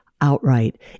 outright